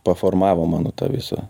formavo mano tą visą